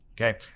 Okay